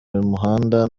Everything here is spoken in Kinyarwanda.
muhanda